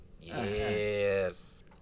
Yes